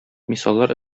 мисаллар